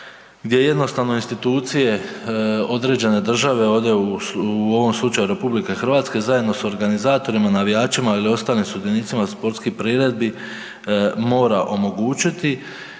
gdje jednostavno institucije određene države, ovdje u ovom slučaju RH zajedno s organizatorima, navijačima ili ostalim sudionicima sportskih priredbi mora omogućiti.